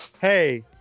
hey